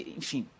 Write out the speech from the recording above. enfim